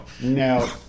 No